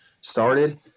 started